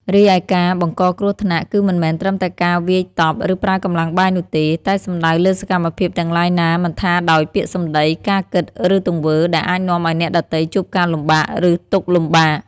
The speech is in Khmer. រីឯការបង្កគ្រោះថ្នាក់ គឺមិនមែនត្រឹមតែការវាយតប់ ឬប្រើកម្លាំងបាយនោះទេ តែសំដៅលើសកម្មភាពទាំងឡាយណាមិនថាដោយពាក្យសម្ដី ការគិត ឬទង្វើ ដែលអាចនាំឲ្យអ្នកដទៃជួបការលំបាក ឬទុក្ខលំបាក។